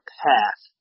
path